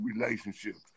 relationships